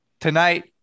tonight